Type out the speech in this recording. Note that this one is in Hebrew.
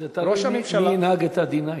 זה תלוי מי ינהג את ה-9D.